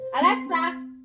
Alexa